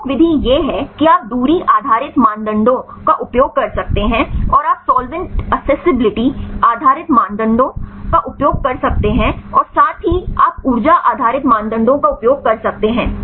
प्रमुख विधि यह है कि आप दूरी आधारित मानदंडों का उपयोग कर सकते हैं और आप सॉल्वेंट एक्सेसिबिलिटी आधारित मानदंडों का उपयोग कर सकते हैं और साथ ही आप ऊर्जा आधारित मानदंडों का उपयोग कर सकते हैं